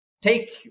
Take